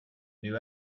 new